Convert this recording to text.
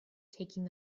taking